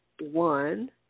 one